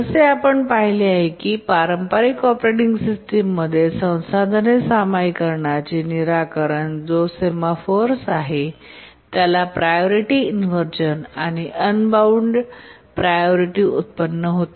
जसे आपण पाहिले आहे की पारंपारिक ऑपरेटिंग सिस्टममध्ये संसाधने सामायिकरणचे निराकरण जो सेमफॉरेस आहे त्याला प्रायोरिटी इनव्हर्जन आणि अनबाउंड प्रायोरिटी उत्पन्न होते